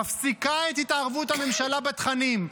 מפסיקה את התערבות הממשלה בתכנים,